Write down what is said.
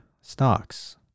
stocks